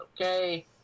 okay